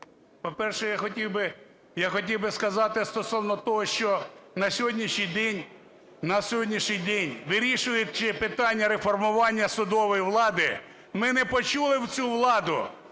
по-перше, я хотів би сказати стосовно того, що на сьогоднішній день, вирішуючи питання реформування судової влади, ми не почули цю владу.